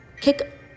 kick